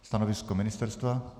Stanovisko ministerstva?